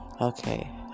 okay